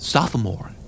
Sophomore